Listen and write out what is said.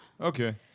Okay